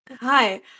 Hi